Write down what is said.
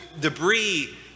debris